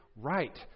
right